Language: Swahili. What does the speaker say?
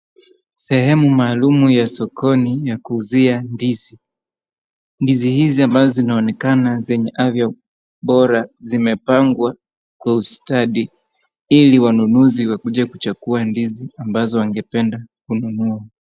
Sehemu maalumu ya sokoni, ya kuuzia ndizi, ndizi hizi ambazo zinaonekana zenye afya bora zimepangwa kwa ustadi ili wanunuzi wakuje kuchagua ndizi ambazo wangependa kununua.